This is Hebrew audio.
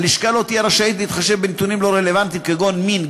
הלשכה לא תהיה רשאית להתחשב בנתונים לא רלוונטיים כגון מין,